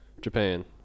Japan